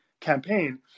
campaign